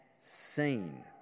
seen